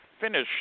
finish